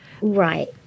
Right